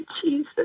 Jesus